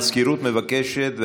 המזכירות מבקשת,